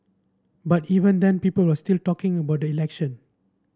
but even then people were still talking about the election